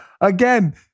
Again